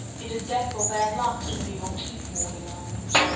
it is death or bad luck to dream of teeth falling out.